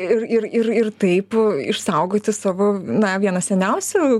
ir ir ir taip išsaugoti savo na vieną seniausių